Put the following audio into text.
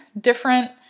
different